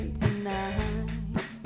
tonight